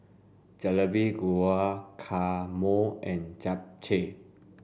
Jalebi Guacamole and Japchae